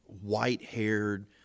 white-haired